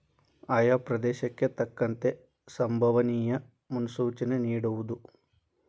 ಆಯಾ ಪ್ರದೇಶಕ್ಕೆ ತಕ್ಕಂತೆ ಸಂಬವನಿಯ ಮುನ್ಸೂಚನೆ ನಿಡುವುದು